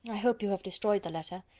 i hope you have destroyed the letter.